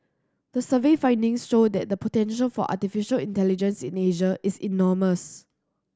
the survey findings show that the potential for artificial intelligence in Asia is enormous